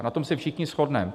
Na tom se všichni shodneme.